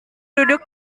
duduk